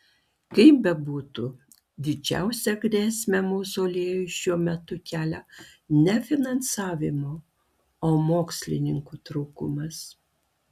kaip bebūtų didžiausią grėsmę mauzoliejui šiuo metu kelia ne finansavimo o mokslininkų trūkumas